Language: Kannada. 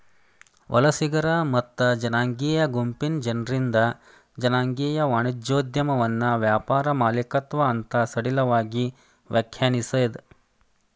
ವಲಸಿಗರ ಮತ್ತ ಜನಾಂಗೇಯ ಗುಂಪಿನ್ ಸದಸ್ಯರಿಂದ್ ಜನಾಂಗೇಯ ವಾಣಿಜ್ಯೋದ್ಯಮವನ್ನ ವ್ಯಾಪಾರ ಮಾಲೇಕತ್ವ ಅಂತ್ ಸಡಿಲವಾಗಿ ವ್ಯಾಖ್ಯಾನಿಸೇದ್